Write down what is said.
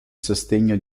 sostegno